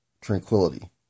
Tranquility